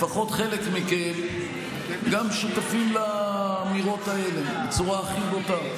לפחות חלק מכם גם שותפים לאמירות האלה בצורה הכי בוטה.